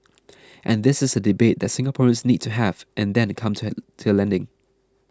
and this is a debate that Singaporeans need to have and then come to an to a landing